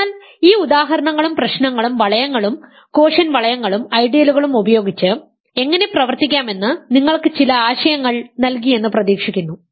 അതിനാൽ ഈ ഉദാഹരണങ്ങളും പ്രശ്നങ്ങളും വളയങ്ങളും കോഷ്യന്റ് വളയങ്ങളും ഐഡിയലുകളും ഉപയോഗിച്ച് എങ്ങനെ പ്രവർത്തിക്കാമെന്ന് നിങ്ങൾക്ക് ചില ആശയങ്ങൾ നൽകിയെന്ന് പ്രതീക്ഷിക്കുന്നു